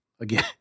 again